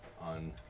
on